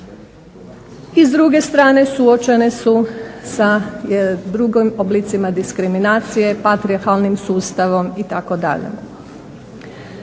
i s druge strane suočene su sa drugim oblicima diskriminacije, patrijarhalnim sustavom itd.